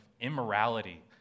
immorality